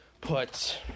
put